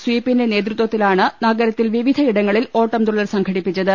സ്വീപിന്റെ നേതൃത്വ ത്തിലാണ് നഗരത്തിൽ വിവിധയിടങ്ങളിൽ ഓട്ടം തുള്ളൽ സംഘടിപ്പിച്ചത്